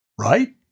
right